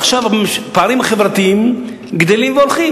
ועכשיו הפערים החברתיים גדלים והולכים.